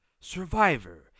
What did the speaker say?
Survivor